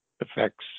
affects